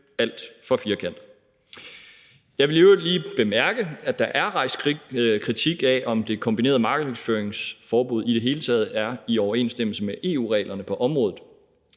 alt for firkantet. Jeg vil i øvrigt lige bemærke, at der er rejst kritik af, om det kombinerede markedsføringsforbud i det hele taget er i overensstemmelse med EU-reglerne på området.